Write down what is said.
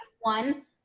one